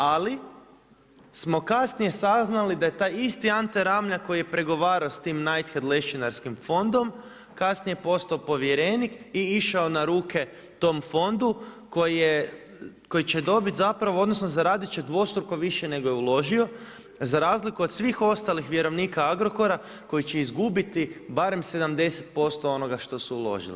Ali smo kasnije saznali da je taj isti Ante Ramljak, koji je pregovarao s tim Nightshade lešinarskim fondom kasnije postao povjerenik i išao na ruke tom fondu koji će dobiti zapravo, odnosno, zaraditi će dvostruko više nego što je uložio, za razliku od svih ostalih vjerovnika Agrokora, koji će izgubiti, barem 80% onoga što su uložili.